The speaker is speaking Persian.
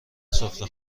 سفره